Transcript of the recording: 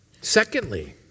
Secondly